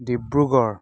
Dibrugarh